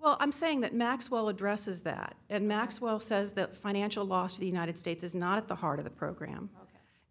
well i'm saying that maxwell addresses that and maxwell says that financial loss to the united states is not at the heart of the program